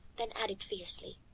then added fiercely,